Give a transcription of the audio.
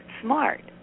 smart